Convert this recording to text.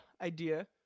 idea